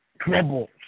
troubles